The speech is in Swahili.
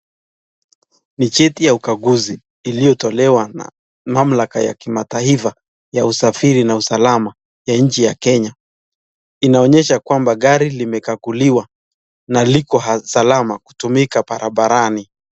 Ni cheti ya ukaguzi, iliyotolewa na mamlaka ya kimataifa ya usafiri na usalama ya nchi ya Kenya. Inaonyesha kwamba gari limekaguliwa na liko salama kutumika barabarani.